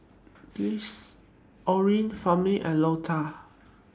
Orin Firman and Lota